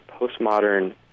postmodern